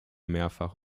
mehrfach